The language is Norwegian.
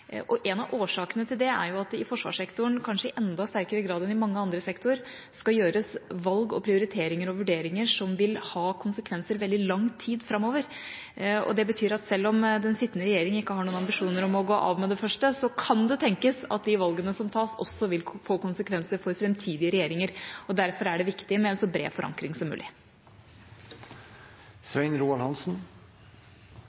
En av årsakene til det er at det i forsvarssektoren, kanskje i enda sterkere grad enn i mange andre sektorer, skal gjøres valg og prioriteringer og vurderinger som vil ha konsekvenser i veldig lang tid framover. Det betyr at selv om den sittende regjering ikke har noen ambisjoner om å gå av med det første, kan det tenkes at de valgene som tas, også vil få konsekvenser for framtidige regjeringer, og derfor er det viktig med en så bred forankring som mulig.